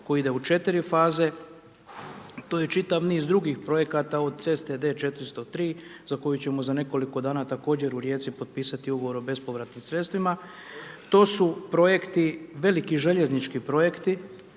koji ide u 4 faze, to je čitav niz drugih projekata, od ceste D 403, za koju ćemo za nekoliko dana također u Rijeci potpisati Ugovor o bespovratnim sredstvima. To su projekti, veliki željeznički projekti,